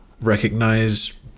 recognize